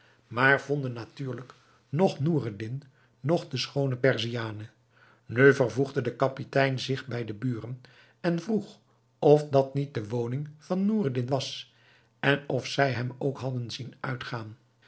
maar vonden natuurlijk noch noureddin noch de schoone perziane nu vervoegde de kapitein zich bij de buren en vroeg of dat niet de woning van noureddin was en of zij hem ook hadden zien uitgaan